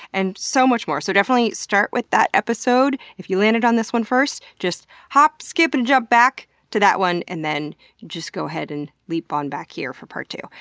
and so much more. so definitely start with that episode. if you landed on this one first, just hop, skip, and jump back to that one and then go ahead and leap on back here for part two,